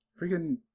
freaking